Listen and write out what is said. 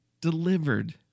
delivered